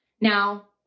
Now